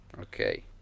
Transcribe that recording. Okay